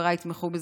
שחבריי יתמכו בזה.